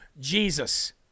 Jesus